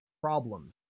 problems